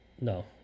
No